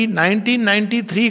1993